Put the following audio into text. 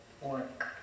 work